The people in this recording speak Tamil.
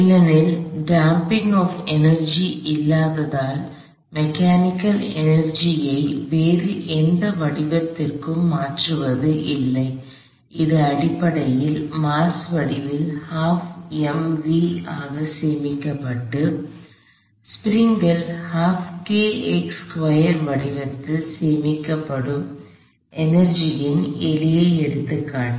ஏனெனில் டாம்பிங் ஆப் எனர்ஜி இல்லாததால் மெக்கானிக்கல் எனர்ஜி ஐ வேறு எந்த வடிவத்திற்கும் மாற்றுவது இல்லை இது அடிப்படையில் மாஸ் வடிவில் ஆக சேமிக்கப்பட்டு ஸ்ப்ரிங்ல் வடிவத்தில் சேமிக்கப்படும் எனர்ஜி ன் எளிய எடுத்துக்காட்டு